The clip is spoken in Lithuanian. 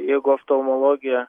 jeigu oftamologija